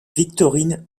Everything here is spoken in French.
victorine